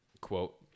Quote